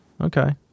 Okay